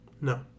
no